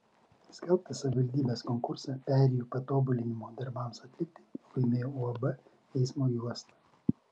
skelbtą savivaldybės konkursą perėjų patobulinimo darbams atlikti laimėjo uab eismo juosta